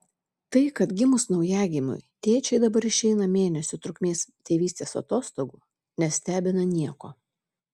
tai kad gimus naujagimiui tėčiai dabar išeina mėnesio trukmės tėvystės atostogų nestebina nieko